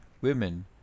women